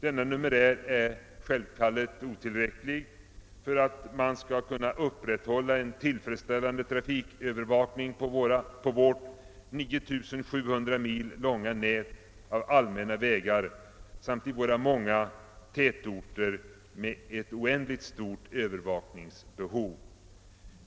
Denna numerär är självfallet otillräcklig för att man skall kunna upprätthålla en tillfredsställande trafikövervakning på vårt 9 700 mil långa nät av allmänna vägar samt i våra många tätorter med ett oändligt stort övervakningsbehov.